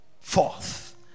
forth